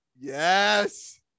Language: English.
Yes